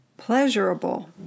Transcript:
pleasurable